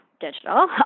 digital